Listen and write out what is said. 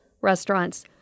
restaurants